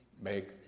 Make